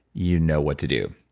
you know what to do.